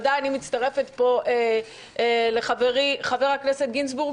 אני מצטרפת לחברי חבר הכנסת גינזבורג,